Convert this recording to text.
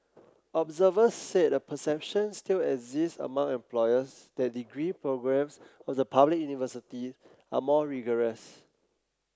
observers said a perception still exists among employers that degree programmes of the public university are more rigorous